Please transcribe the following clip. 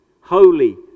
Holy